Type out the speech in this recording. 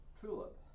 TULIP